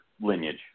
lineage